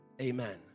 Amen